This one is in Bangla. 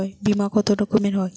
বিমা কত রকমের হয়?